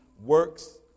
works